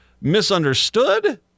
misunderstood